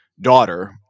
daughter